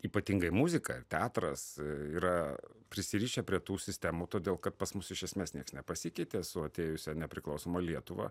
ypatingai muzika teatras yra prisirišę prie tų sistemų todėl kad pas mus iš esmės nieks nepasikeitė su atėjusia nepriklausoma lietuva